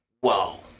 whoa